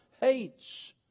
hates